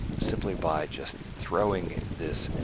simply by just throwing this,